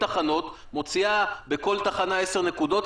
בהצעת החוק שמונחת לפנינו.